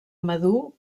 madur